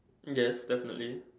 yes definitely